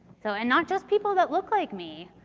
so and not just people that look like me.